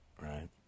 Right